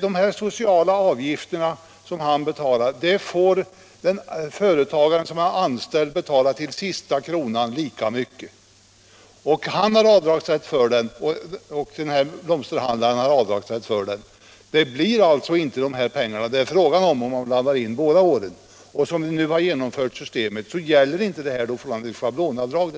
De sociala avgifter som han betalar får den företagare som har anställda också betala, och han har avdragsrätt för den precis som blomsterhandlaren. Som systemet nu är genomfört får man dessutom schablonavdrag.